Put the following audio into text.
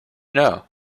know